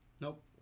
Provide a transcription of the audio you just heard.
nope